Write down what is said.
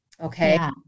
Okay